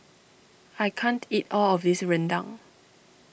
I can't eat all of this Rendang